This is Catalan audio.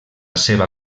seva